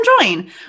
join